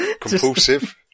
compulsive